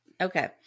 Okay